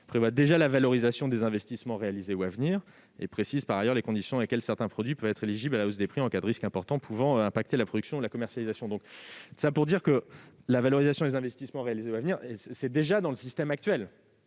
prévoit déjà la valorisation des investissements réalisés ou à venir, et précise les conditions dans lesquelles certains produits peuvent être éligibles à la hausse des prix en cas de risques importants pouvant impacter la production et la commercialisation. La valorisation des investissements réalisés ou à venir est donc déjà prise en